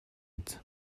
биз